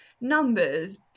numbers